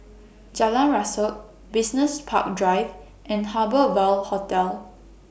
Jalan Rasok Business Park Drive and Harbour Ville Hotel